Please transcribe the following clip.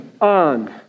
on